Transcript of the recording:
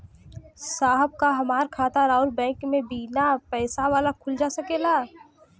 साहब का हमार खाता राऊर बैंक में बीना पैसा वाला खुल जा सकेला?